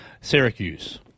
Syracuse